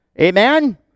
Amen